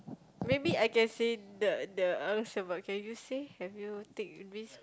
maybe I can say the the ask about can you say have you take risk